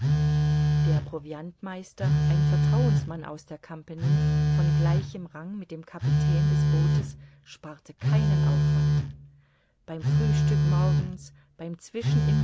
der proviantmeister ein vertrauensmann aus der compagnie von gleichem rang mit dem kapitän des bootes sparte keinen aufwand beim frühstück morgens beim zwischenimbiß